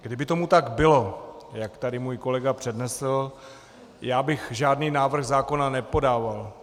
Kdyby tomu tak bylo, jak tady můj kolega přednesl, já bych žádný návrh zákona nepodával.